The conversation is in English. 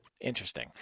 interesting